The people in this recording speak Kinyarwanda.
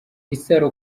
isaro